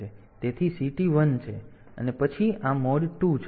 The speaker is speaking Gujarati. તેથી CT 1 છે અને પછી આ મોડ 2 છે